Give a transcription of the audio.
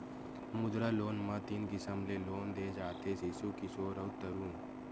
मुद्रा लोन म तीन किसम ले लोन दे जाथे सिसु, किसोर अउ तरून